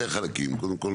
לא, אבל יש פה שני חלקים.